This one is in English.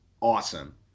awesome